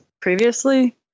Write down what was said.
previously